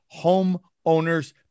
homeowners